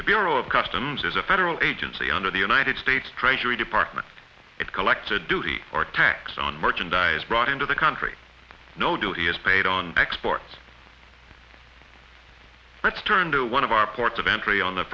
the bureau of customs is a federal agency under the united states treasury department it collects a duty or tax on merchandise brought into the country no duty is paid on exports let's turn to one of our ports of entry on the